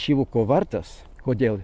šyvuko vardas kodėl